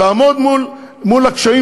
תעמוד מול הקשיים